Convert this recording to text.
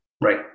Right